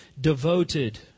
devoted